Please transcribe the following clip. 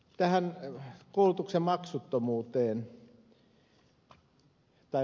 tähän koulutuksen maksullisuuteen